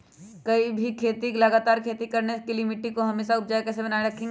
कोई भी खेत में लगातार खेती करने के लिए मिट्टी को हमेसा उपजाऊ कैसे बनाय रखेंगे?